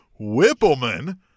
Whippleman